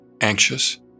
anxious